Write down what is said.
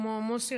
כמו מוסי,